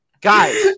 Guys